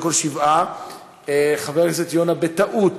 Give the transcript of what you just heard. חבר הכנסת יונה בטעות